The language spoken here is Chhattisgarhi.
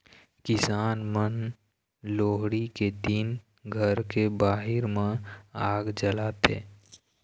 किसान मन लोहड़ी के दिन घर के बाहिर म आग जलाथे